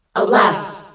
alas!